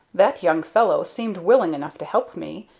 that young fellow seemed willing enough to help me,